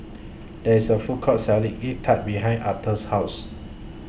There IS A Food Court Selling Egg Tart behind Authur's House